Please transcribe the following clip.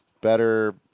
better